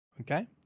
Okay